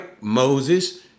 Moses